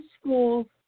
school